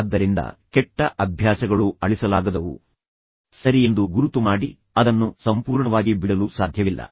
ಆದ್ದರಿಂದ ಕೆಟ್ಟ ಅಭ್ಯಾಸಗಳು ಅಳಿಸಲಾಗದವು ಸರಿ ಎಂದು ಗುರುತು ಮಾಡಿ ಆದ್ದರಿಂದ ನೀವು ಅದನ್ನು ಸಂಪೂರ್ಣವಾಗಿ ಬಿಡಲು ಸಾಧ್ಯವಿಲ್ಲ